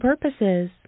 purposes